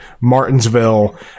Martinsville